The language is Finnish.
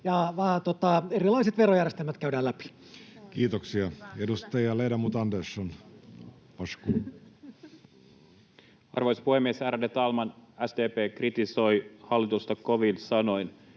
erilaiset verojärjestelmät käydään läpi. Kiitoksia. — Edustaja, ledamot Andersson, varsågod. Arvoisa puhemies, ärade talman! SDP kritisoi hallitusta kovin sanoin